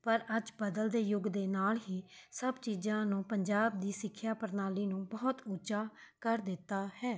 ਪਰ ਅੱਜ ਬਦਲਦੇ ਯੁੱਗ ਦੇ ਨਾਲ਼ ਹੀ ਸਭ ਚੀਜ਼ਾਂ ਨੂੰ ਪੰਜਾਬ ਦੀ ਸਿੱਖਿਆ ਪ੍ਰਣਾਲੀ ਨੂੰ ਬਹੁਤ ਉੱਚਾ ਕਰ ਦਿੱਤਾ ਹੈ